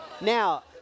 now